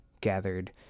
gathered